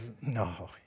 no